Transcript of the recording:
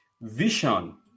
vision